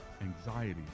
anxiety